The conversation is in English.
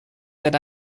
that